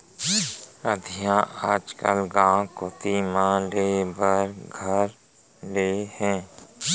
अधिया आजकल गॉंव कोती म लेय बर धर ले हें